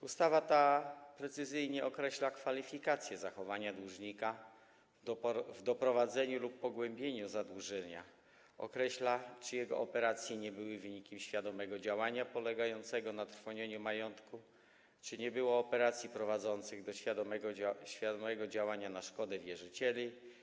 Ustawa ta precyzyjnie określa kwalifikacje zachowania dłużnika w doprowadzeniu do zadłużenia lub pogłębieniu zadłużenia, określa, czy jego operacje nie były wynikiem świadomego działania, polegającego na trwonieniu majątku, czy nie było operacji prowadzących do świadomego działania na szkodę wierzycieli.